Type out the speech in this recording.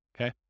Okay